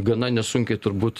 gana nesunkiai turbūt